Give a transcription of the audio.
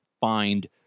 find